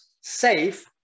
safe